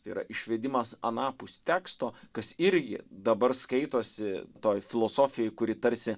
tai yra išvedimas anapus teksto kas irgi dabar skaitosi toj filosofijoj kuri tarsi